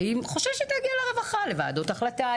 והיא חוששת להגיע לרווחה לוועדות החלטה,